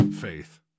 Faith